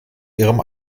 ihrem